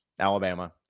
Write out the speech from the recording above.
Alabama